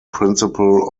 principle